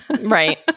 Right